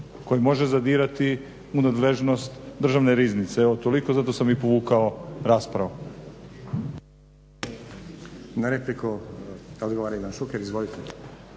koji može zadirati u nadležnost Državne riznice. Evo toliko, zato sam i povukao raspravu.